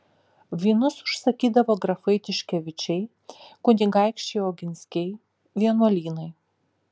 vynus užsakydavo grafai tiškevičiai kunigaikščiai oginskiai vienuolynai